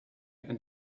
and